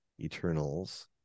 Eternals